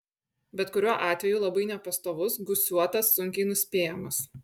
bet kuriuo atveju labai nepastovus gūsiuotas sunkiai nuspėjamas